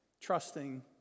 trusting